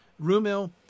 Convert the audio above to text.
Rumil